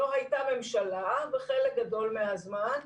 שלא הייתה ממשלה בחלק גדול מהזמן.